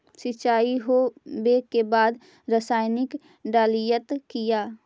सीचाई हो बे के बाद रसायनिक डालयत किया?